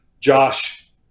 Josh